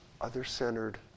other-centered